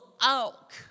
out